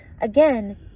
again